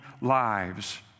lives